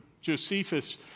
Josephus